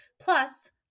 plus